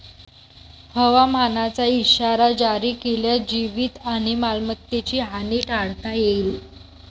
हवामानाचा इशारा जारी केल्यास जीवित आणि मालमत्तेची हानी टाळता येईल